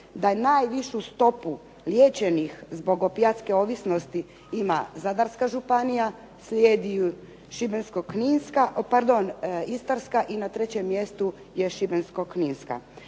da najvišu stopu liječenih zbog opijatske ovisnosti ima Zadarska županija, slijedi ju Šibensko-kninska, pardon Istarska i na trećem mjestu je Šibensko-kninska.